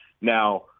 Now